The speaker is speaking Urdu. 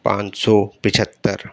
پانچ سو پچہتر